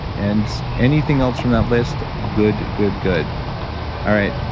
and anything else from that list? good, good, good all right.